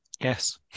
Yes